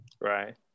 right